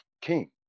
King